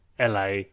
LA